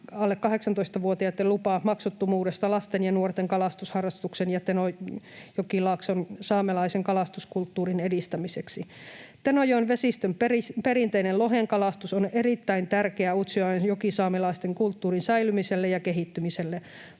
alle 18-vuotiaitten lupien maksuttomuudesta lasten ja nuorten kalastusharrastuksen ja Tenojokilaakson saamelaisen kalastuskulttuurin edistämiseksi. Tenojoen vesistön perinteinen lohenkalastus on erittäin tärkeää Utsjoen jokisaamelaisten kulttuurin säilymiselle ja kehittymiselle.